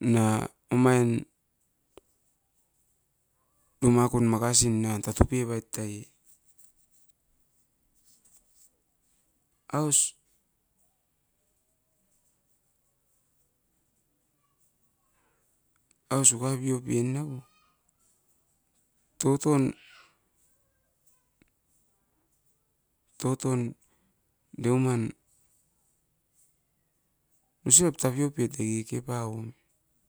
na omain numa kun-an tatu pea ait aus, aus uka piopen toton deuman osi rop tapi opet dake kepauom.